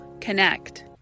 connect